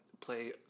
play